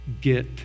get